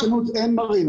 במפרץ החדשנות אין מרינה.